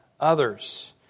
Others